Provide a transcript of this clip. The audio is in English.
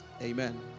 Amen